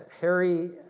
Harry